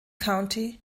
county